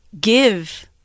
give